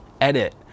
edit